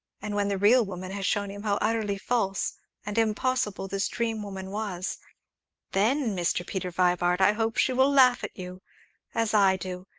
and when the real woman has shown him how utterly false and impossible this dream woman was then, mr. peter vibart, i hope she will laugh at you as i do,